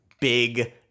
big